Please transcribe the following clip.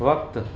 वक़्तु